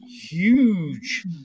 huge